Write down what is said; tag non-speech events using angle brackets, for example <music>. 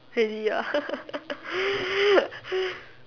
crazy ah <laughs>